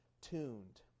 tuned